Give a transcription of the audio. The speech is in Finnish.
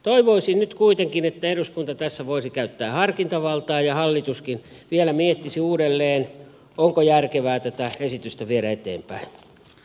toivoisin nyt kuitenkin että eduskunta tässä voisi käyttää harkintavaltaa ja hallituskin vielä miettisi uudelleen onko järkevää tätä esitystä viedä eteenpäin